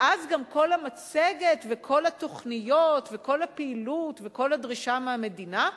ואז גם כל המצגת וכל התוכניות וכל הפעילות וכל הדרישה מהמדינה,